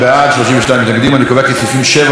אני קובע כי סעיפים 7 ו-8 לחוק עברו,